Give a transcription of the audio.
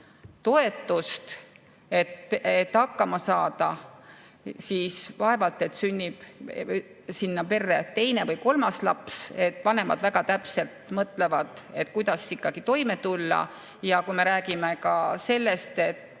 toetust, et hakkama saada, siis vaevalt et sünnib sinna perre teine või kolmas laps, sest vanemad väga täpselt mõtlevad, kuidas ikkagi toime tulla. Ja kui me räägime ka sellest,